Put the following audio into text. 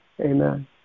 Amen